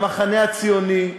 במחנה הציוני,